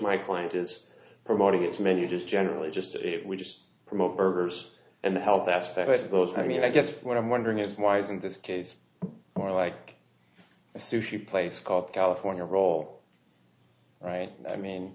my client is promoting its menu just generally just it would just promote burgers and the health aspects of those i mean i guess what i'm wondering if wise in this case more like a sushi place called california roll right i mean